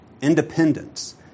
independence